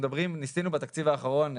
ניסינו בתקציב האחרון,